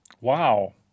Wow